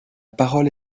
parole